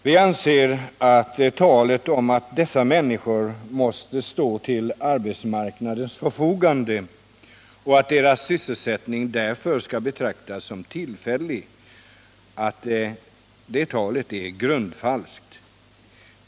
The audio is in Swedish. Vi anser att talet om att dessa människor måste stå till arbetsmarknadens förfogande och att deras sysselsättning därför skall betraktas som tillfällig är grundfalskt.